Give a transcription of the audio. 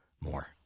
more